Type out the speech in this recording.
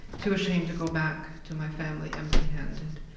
too ashamed to go back to my family empty-handed.